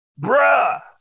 Bruh